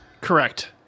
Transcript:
Correct